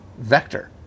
vector